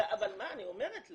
אבל אני אומרת לה,